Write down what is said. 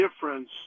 difference